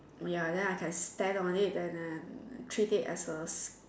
ya then I can stand on it then treat it as a